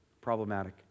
Problematic